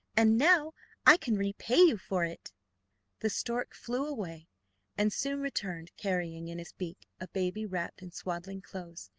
and now i can repay you for it the stork flew away and soon returned carrying in his beak a baby wrapped in swaddling clothes,